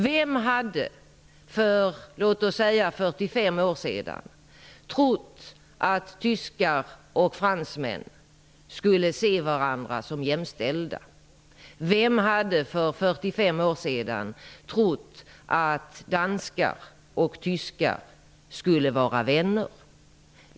Vem hade för låt oss säga 45 år sedan trott att tyskar och fransmän skulle se varandra som jämställda? Vem hade för 45 år sedan trott att danskar och tyskar skulle vara vänner?